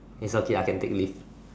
its okay I can take leave